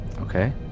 okay